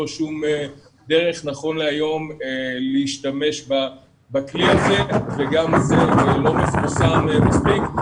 דרך להשתמש בכלי הזה וגם זה לא מפורסם מספיק.